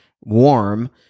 warm